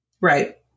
Right